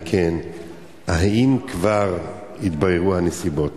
2. אם כן - האם כבר התבררו הנסיבות?